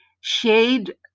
Shade